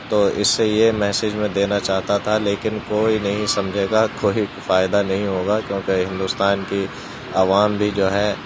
تو اس سے یہ میسج میں دینا چاہتا تھا لیکن کوئی نہیں سمجھے گا کوئی فائدہ نہیں ہوگا کیونکہ ہندوستان کی عوام بھی جو ہے